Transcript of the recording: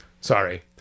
Sorry